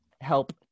help